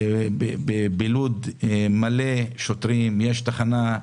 בלוד יש המון שוטרים, יש תחנה,